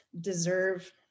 deserve